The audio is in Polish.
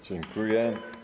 Dziękuję.